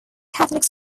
catholic